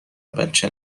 بچه